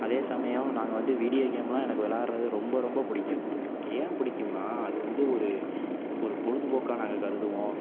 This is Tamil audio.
அதே சமயம் நாங்கள் வந்து வீடியோ கேமெலாம் எனக்கு வெளாடுவது ரொம்ப ரொம்ப பிடிக்கும் ஏன் பிடிக்கும்னா அது வந்து ஒரு ஒரு பொழுதுபோக்கா நாங்கள் கருதுவோம்